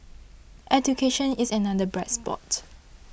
education is another bright spot